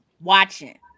watching